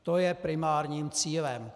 To je primárním cílem.